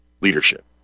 leadership